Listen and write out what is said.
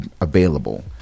available